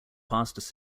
fastest